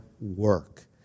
work